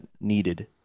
needed